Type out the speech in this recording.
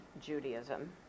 Judaism